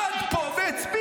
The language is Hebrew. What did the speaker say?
עמד פה והצביע.